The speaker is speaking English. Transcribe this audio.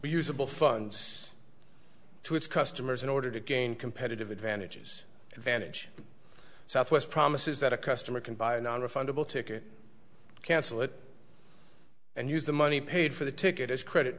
usable funds to its customers in order to gain competitive advantages advantage southwest promises that a customer can buy a nonrefundable ticket cancel it and use the money paid for the ticket as credit